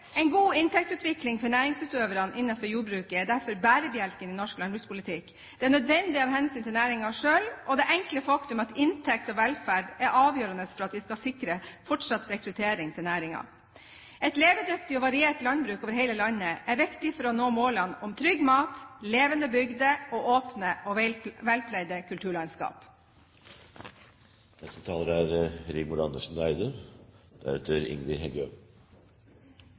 En god inntektsutvikling for næringsutøverne innen jordbruket er derfor bærebjelken i norsk landbrukspolitikk. Det er nødvendig av hensyn til næringen selv og ut fra det enkle faktum at inntekt og velferd er avgjørende for at vi skal sikre fortsatt rekruttering til næringen. Et levedyktig og variert landbruk over hele landet er viktig for å nå målene om trygg mat, levende bygder og åpne og velpleide kulturlandskap.